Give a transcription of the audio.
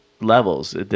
levels